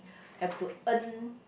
have to earn